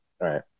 right